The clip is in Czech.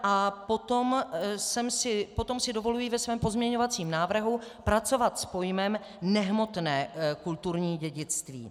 A potom si dovoluji ve svém pozměňovacím návrhu pracovat s pojmem nehmotné kulturní dědictví.